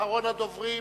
ואחרון הדוברים,